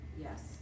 Yes